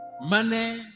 money